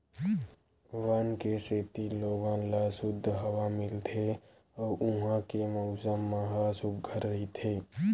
वन के सेती लोगन ल सुद्ध हवा मिलथे अउ उहां के मउसम ह सुग्घर रहिथे